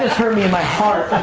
hurt me in my heart.